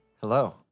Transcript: Hello